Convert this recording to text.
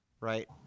Right